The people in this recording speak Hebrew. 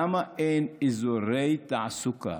למה אין אזורי תעסוקה?